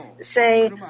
say